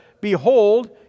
behold